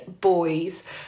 boys